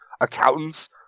accountants